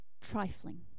trifling